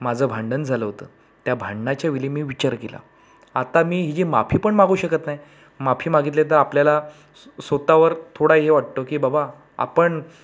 माझं भांडण झालं होतं त्या भांणाच्या वेळी मी विचार केला आत्ता मी हिची माफीपण मागू शकत नाही माफी मागितली तर आपल्याला सो सोत्तावर थोडा हे वाटतो की बाबा आपण